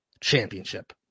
Championship